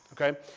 Okay